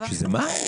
זה מיותר.